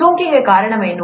ಸೋಂಕಿಗೆ ಕಾರಣವೇನು